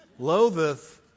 loatheth